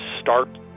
start